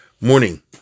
morning